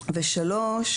הרווחה.